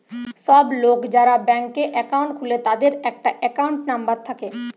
সব লোক যারা ব্যাংকে একাউন্ট খুলে তাদের একটা একাউন্ট নাম্বার থাকে